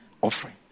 offering